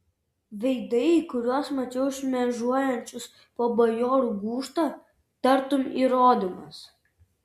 veidai kuriuos mačiau šmėžuojančius po bajorų gūžtą tartum įrodymas